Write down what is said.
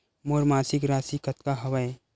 मोर मासिक राशि कतका हवय?